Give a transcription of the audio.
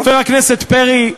חבר הכנסת פרי,